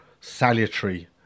salutary